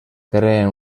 creen